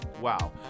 Wow